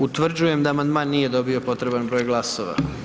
Utvrđujem da amandman nije dobio potreban broj glasova.